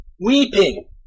weeping